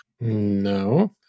No